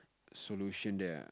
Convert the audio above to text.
solution there ah